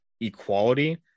equality